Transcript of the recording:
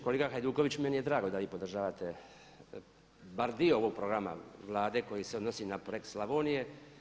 Kolega Hajduković, meni je drago da vi podržavate bar dio ovog programa Vlade koji se odnosi na projekt Slavonije.